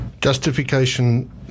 justification